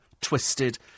twisted